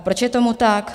Proč je tomu tak?